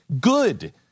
good